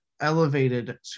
elevated